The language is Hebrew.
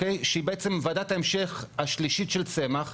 שהיא בעצם ועדת ההמשך השלישית של צמח,